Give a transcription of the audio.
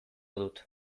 dut